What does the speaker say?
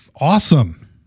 Awesome